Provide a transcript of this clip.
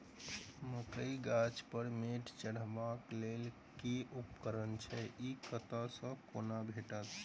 मकई गाछ पर मैंट चढ़ेबाक लेल केँ उपकरण छै? ई कतह सऽ आ कोना भेटत?